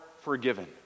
forgiven